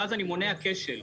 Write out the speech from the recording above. כך אני מונע כשל.